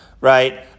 right